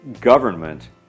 government